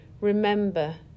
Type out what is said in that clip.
remember